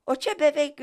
o čia beveik